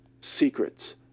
secrets